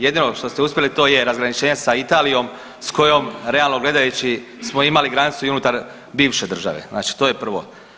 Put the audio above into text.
Jedino što ste uspjeli, to je razgraničenje sa Italijom s kojom realno gledajući smo imali granicu i unutar bivše države, znači to je prvo.